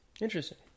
Interesting